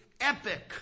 epic